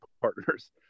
partners